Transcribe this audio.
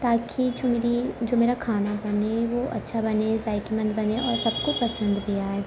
تاکہ جو میری جو میرا کھانا بنے وہ اچھا بنے ذائکےمند بنے اور سب کو پسند بھی آئے